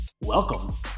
Welcome